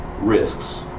risks